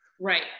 Right